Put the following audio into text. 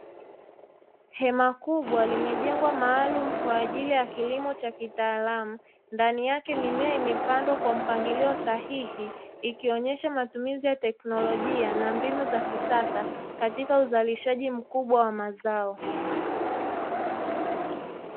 Hema kubwa limejengwa maalumu kwa ajili ya kilimo cha kitaalamu, ndani yake mimea imepandwa kwa mpangilio sahihi ikionyesha matumizi ya teknolojia na mbinu za kisasa katika uzalishaji mkubwa wa mazao.